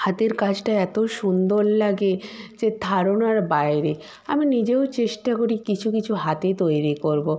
হাতের কাজটা এত সুন্দর লাগে যে ধারণার বাইরে আমি নিজেও চেষ্টা করি কিছু কিছু হাতে তৈরি করব